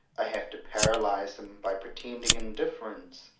i have to paralyze him by pretended indifference,